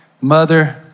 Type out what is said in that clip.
mother